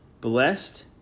blessed